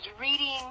reading